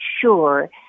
sure